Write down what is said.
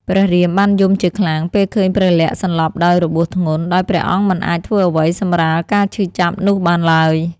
ព្រះរាមបានយំជាខ្លាំង ពេលឃើញព្រះលក្សណ៍សន្លប់ដោយរបួសធ្ងន់ ដោយព្រះអង្គមិនអាចធ្វើអ្វីសម្រាលការឈឺចាប់នោះបានឡើយ។